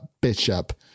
Bishop